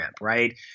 right